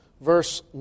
Verse